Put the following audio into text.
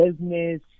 business